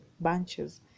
bunches